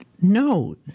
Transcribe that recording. no